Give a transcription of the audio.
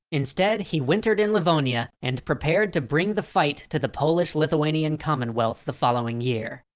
instead, he wintered in livonia and prepared to bring the fight to the polish-lithuanian commonwealth the following year.